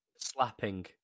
Slapping